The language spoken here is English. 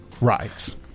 rides